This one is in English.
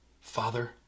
Father